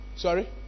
Sorry